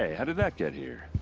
ah how did that get here?